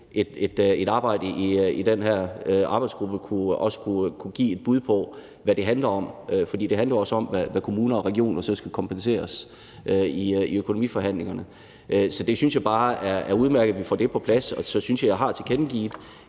et arbejde i den her arbejdsgruppe også vil kunne give et bud på, hvad det handler om, for det handler jo også om, hvad kommuner og regioner så skal kompenseres i økonomiforhandlingerne. Så jeg synes bare, det er udmærket, at vi får det på plads, og så synes jeg, at jeg har tilkendegivet,